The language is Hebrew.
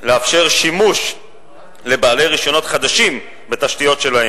לאפשר לבעלי רשיונות חדשים שימוש בתשתיות שלהם,